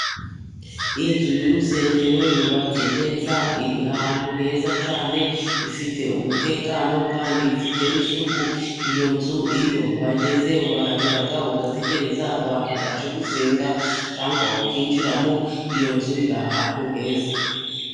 Inzu y'urusengero, yubatse neza, iri ahantu heza cyane, ifite umutekano kandi ifite n'isuku, iyo nzu iyo uhageze urahagera ,ugategereza abantu baje gusenga cyangwa ukinjiramo, iyo nzu iri ahantu heza.